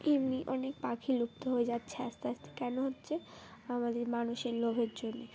এমনি অনেক পাখি লুপ্ত হয়ে যাচ্ছে আস্তে আস্তে কেন হচ্ছে আমাদের মানুষের লোভের জন্যে